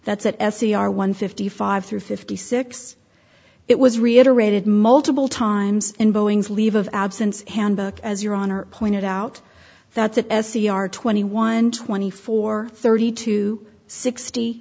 that's at s e r one fifty five through fifty six it was reiterated multiple times in boeing's leave of absence handbook as your honor pointed out that that s e r twenty one twenty four thirty two sixty